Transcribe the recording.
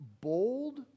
bold